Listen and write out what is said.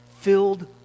filled